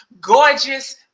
gorgeous